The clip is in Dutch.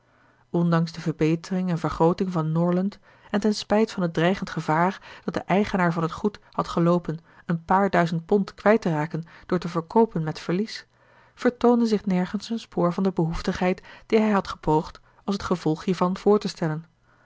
ondanks de verbetering en vergrooting van norland en ten spijt van het dreigend gevaar dat de eigenaar van het goed had geloopen een paar duizend pond kwijt te raken door te verkoopen met verlies vertoonde zich nergens een spoor van de behoeftigheid die hij had gepoogd als het gevolg hiervan voor te stellen